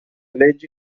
leggi